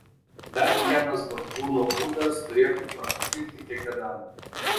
dar vienas bagdžiūno būdas turėtų patikti kiekvienam